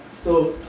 so,